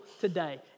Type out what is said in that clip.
today